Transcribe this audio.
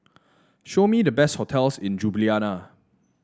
show me the best hotels in Ljubljana